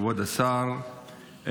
כבוד השר,